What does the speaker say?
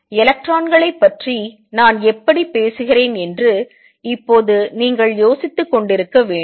எலக்ட்ரான்களைப் பற்றி நான் எப்படிப் பேசுகிறேன் என்று இப்போது நீங்கள் யோசித்துக்கொண்டிருக்க வேண்டும்